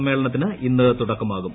സമ്മേളനത്തിന് ഇന്ന് തുടക്കമാകും